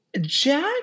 Jack